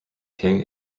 king